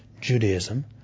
Judaism